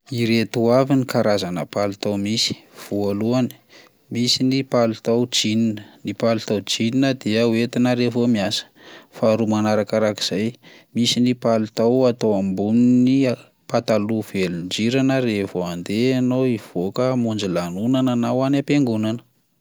Ireto avy ny karazana palitao misy: voalohany, misy ny palitao jeans, ny palitao jeans dia hoentina raha vao miasa; faharoa manarakarak'izay, misy ny palitao atao ambinin'ny pataloha velondrirana raha vao handeha ianao hivoaka hamonjy lanonana na ho any am-piangonana.